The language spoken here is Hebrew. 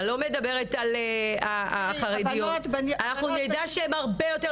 אני לא מדברת על החרדיות אנחנו נדע שהן הרבה יותר